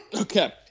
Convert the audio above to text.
Okay